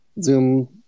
zoom